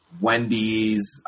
Wendy's